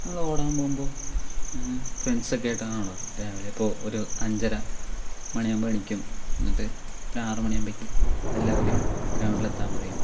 ഞങ്ങൾ ഓടാൻ പോകുമ്പോൾ ഫ്രണ്ട്സ് ഒക്കെ ആയിട്ടാണ് ഓടാറ് രാവിലെ ഇപ്പോൾ ഒരു അഞ്ചര മണിയാവുമ്പോൾ എണീക്കും എന്നിട്ട് ഒരാറു മണിയാകുമ്പോഴേക്ക് എല്ലാവരും ഗ്രൗണ്ടിൽ എത്താൻ പറയും